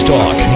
Talk